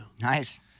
Nice